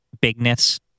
bigness